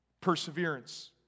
perseverance